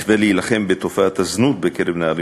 כדי להילחם בתופעת הזנות בקרב נערים